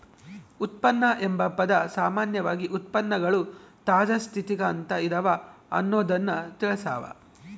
ಉತ್ಪನ್ನ ಎಂಬ ಪದ ಸಾಮಾನ್ಯವಾಗಿ ಉತ್ಪನ್ನಗಳು ತಾಜಾ ಸ್ಥಿತಿಗ ಅಂತ ಇದವ ಅನ್ನೊದ್ದನ್ನ ತಿಳಸ್ಸಾವ